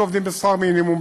שעובדים בשכר מינימום,